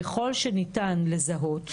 ככל שניתן לזהות,